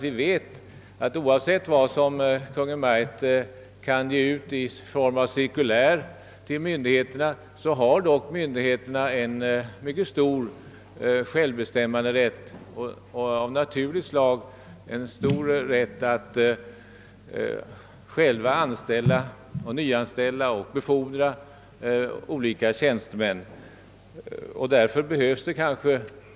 Vi vet ju att oavsett vad Kungl. Maj:t kan meddela i cirkulär till myndigheterna, har dock dessa en mycket stor självbestämmanderätt, bl.a. av naturliga skäl när det gäller att nyanställa och befordra olika tjänstemän.